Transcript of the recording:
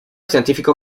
científico